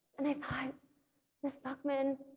and i thought ms. buckman